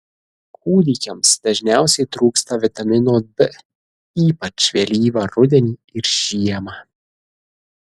kūdikiams dažniausiai trūksta vitamino d ypač vėlyvą rudenį ir žiemą